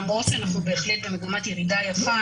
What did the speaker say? למרות שאנחנו בהחלט במגמת ירידה יפה,